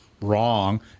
wrong